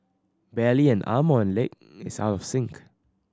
barely an arm or leg is out of sync